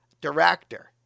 director